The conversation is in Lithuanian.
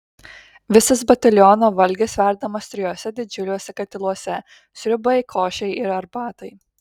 visas bataliono valgis verdamas trijuose didžiuliuose katiluose sriubai košei ir arbatai